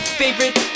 favorite